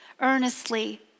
Earnestly